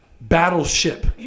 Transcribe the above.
battleship